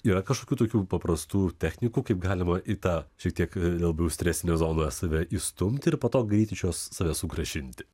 yra kažkokių tokių paprastų technikų kaip galima į tą šiek tiek labiau stresinę zoną save įstumti ir po to greitai iš jos save sugrąžinti